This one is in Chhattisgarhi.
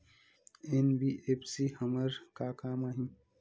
एन.बी.एफ.सी हमर का काम आही?